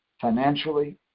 financially